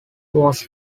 was